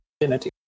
infinity